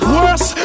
Worse